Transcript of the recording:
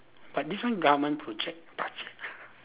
but this one government project budget